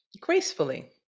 gracefully